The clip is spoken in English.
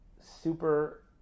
super